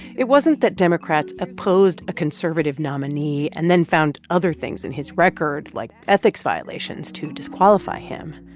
it wasn't that democrats opposed a conservative nominee and then found other things in his record like ethics violations to disqualify him.